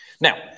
Now